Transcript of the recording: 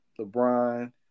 LeBron